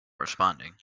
responding